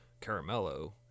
Caramello